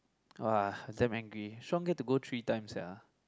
!wah! damn angry Shaun get to go three times sia